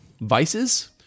Vices